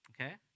okay